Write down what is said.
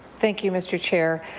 thank you, mr. chair.